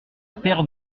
paire